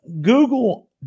Google